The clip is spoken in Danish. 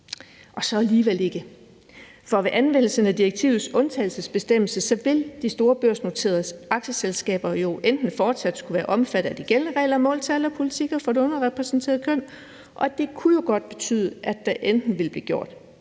og så alligevel ikke, for ved anvendelse af direktivets undtagelsesbestemmelse vil de store børsnoterede aktieselskaber jo fortsat skulle være omfattet af de gældende regler om måltal og politikker for det underrepræsenterede køn, og det kunne jo godt betyde, at der enten vil blive gjort